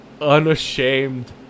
unashamed